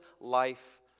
life